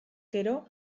gero